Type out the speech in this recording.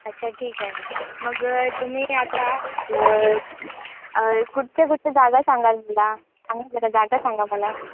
अच्छा ठीक आहे मग तुम्ही आता कुठच्या कुठच्या जागा सांगाल मला सांगा जरा जागा सांगा मला